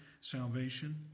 salvation